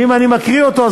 ואם אני מקריא אותו,